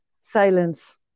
silence